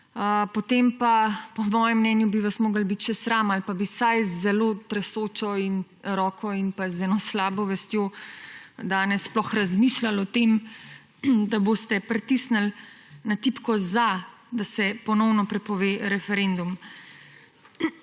potem pa po mojem mnenju bi vas moralo biti še sram ali pa bi vsaj z zelo tresočo roko in pa z eno slabo vestjo danes sploh razmišljali o tem, da boste pritisnili na tipko za, da se ponovno prepove referendum.